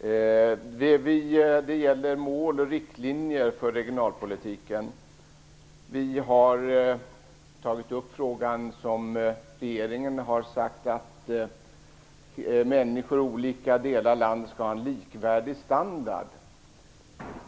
Det gäller mål och riktlinjer för regionalpolitiken. Vi har tagit upp frågan eftersom regeringen har sagt att människor i olika delar av landet skall ha en likvärdig standard.